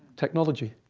technology.